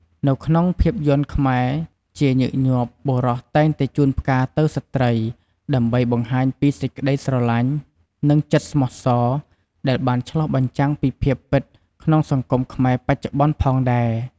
នៅក្នុងភាពយន្តខ្មែរ ជាញឹកញាប់ បុរសតែងតែជូនផ្កាទៅស្ត្រី ដើម្បីបង្ហាញពីសេចក្ដីស្រឡាញ់ និងចិត្តស្មោះសរ ដែលបានឆ្លុះបញ្ចាំងពីភាពពិតក្នុងសង្គមខ្មែរបច្ចុប្បន្នផងដែរ។